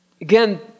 again